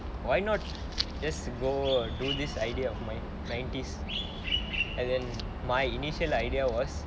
why not just go do this idea of my scientists and then my initial idea was